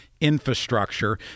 infrastructure